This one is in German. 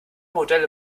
modelle